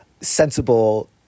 sensible